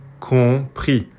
COMPRIS